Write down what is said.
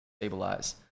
stabilize